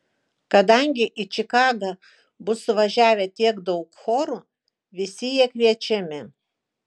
kadangi į čikagą bus suvažiavę tiek daug chorų visi jie kviečiami